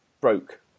broke